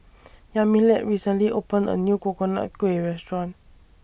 Yamilet recently opened A New Coconut Kuih Restaurant